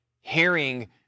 hearing